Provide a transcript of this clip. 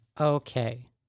Okay